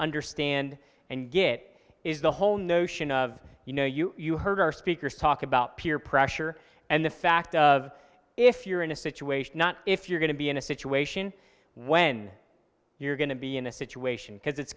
understand and get is the whole notion of you know you heard our speakers talk about peer pressure and the fact of if you're in a situation not if you're going to be in a situation when you're going to be in a situation because it's